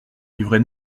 livrée